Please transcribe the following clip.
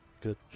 Good